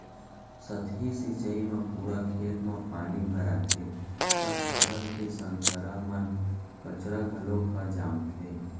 सतही सिंचई म पूरा खेत म पानी भराथे त फसल के संघरा बन कचरा घलोक ह जामथे